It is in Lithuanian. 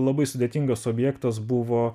labai sudėtingas objektas buvo